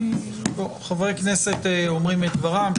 חברי הכנסת אומרים את דברם.